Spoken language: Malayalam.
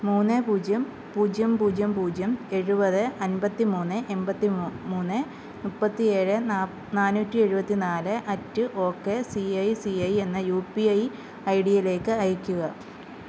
മൂന്ന് പൂജ്യം പൂജ്യം പൂജ്യം പൂജ്യം ഏഴുപത് അമ്പത്തിമൂന്ന് എൺപത്തി മൂന്ന് മുപ്പത്തി ഏഴ് നാന്നൂറ്റി എഴുപത്തി നാല് at ok I C I C I U P I I D യിലേക്ക് അയയ്ക്കുക